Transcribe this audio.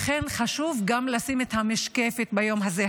לכן חשוב גם לשים את הזרקור ביום הזה.